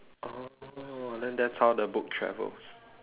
oh then that's how the book travels